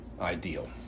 ideal